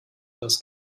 das